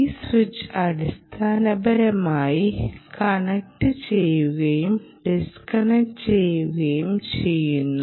ഈ സ്വിച്ച് അടിസ്ഥാനപരമായി കണക്റ്റ് ചെയ്യുകയും ഡിസ്കണക്റ്റ് ചെയ്യുകയും ചെയ്യുന്നു